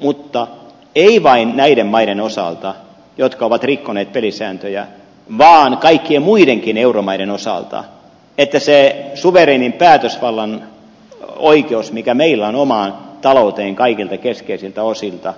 mutta ei vain näiden maiden osalta jotka ovat rikkoneet pelisääntöjä vaan kaikkien muidenkin euromaiden osalta että luovuttaisiin siitä suvereenin päätösvallan oikeudesta mikä meillä on omaan talouteen kaikilta keskeisiltä osilta